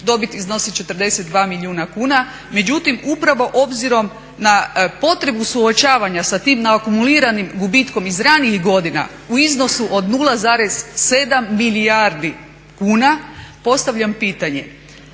dobit iznosi 42 milijuna kuna. Međutim, upravo obzirom na potrebu suočavanja sa tim naakumuliranim gubitkom iz ranijih godina u iznosu od 0,7 milijardi kuna postavljam pitanje